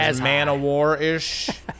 man-of-war-ish